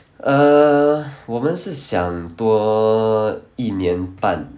err 我们是想多一年半